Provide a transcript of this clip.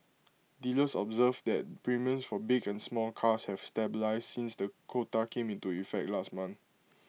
dealers observed that premiums for big and small cars have stabilised since the quota came into effect last month